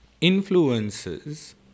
influences